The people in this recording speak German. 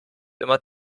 immer